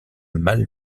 mal